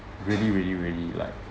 really really really like